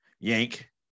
yank